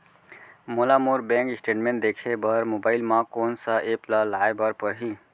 मोला मोर bank statement देखे बर मोबाइल मा कोन सा एप ला लाए बर परही?